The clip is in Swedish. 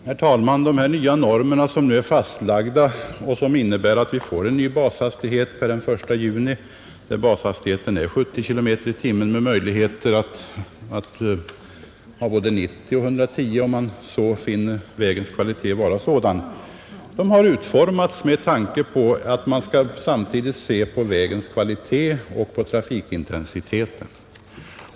Herr talman! De nya normer som nu är fastlagda och som innebär att vi får en ny bashastighet den 1 juni i år — 70 kilometer i timmen med möjligheter till både 90 och 110 kilometer om man finner att vägens kvalitet tillåter det — har utformats med tanke på att man skall ta hänsyn till vägens kvalitet och till trafikintensiteten.